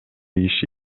киши